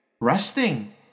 Resting